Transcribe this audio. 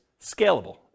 scalable